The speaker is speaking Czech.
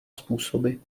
způsoby